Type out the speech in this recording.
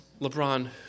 LeBron